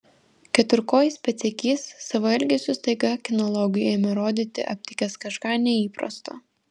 keturkojis pėdsekys savo elgesiu staiga kinologui ėmė rodyti aptikęs kažką neįprasto